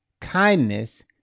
kindness